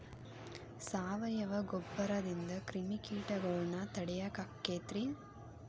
ಸಾವಯವ ಗೊಬ್ಬರದಿಂದ ಕ್ರಿಮಿಕೇಟಗೊಳ್ನ ತಡಿಯಾಕ ಆಕ್ಕೆತಿ ರೇ?